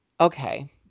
okay